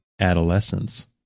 adolescence